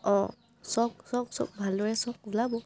অঁ চক চক চক ভালদৰে চক ওলাব